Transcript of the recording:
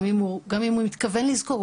גם אם הוא מתכוון לזכור.